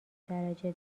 درجه